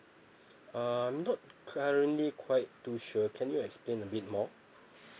uh I'm not currently quite too sure can you explain a bit more